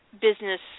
business